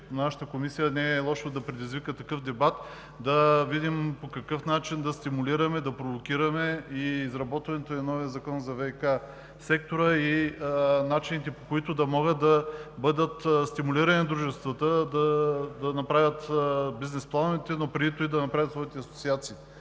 нашата Комисия да предизвика такъв дебат – да видим по какъв начин да стимулираме, да провокираме изработването на новия закон за ВиК сектора и начините, по които да бъдат стимулирани дружествата да направят бизнес плановете, но преди това да направят своите асоциации.